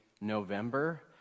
November